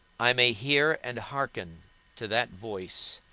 i may hear and hearken to that voice,